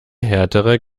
härtere